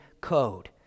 code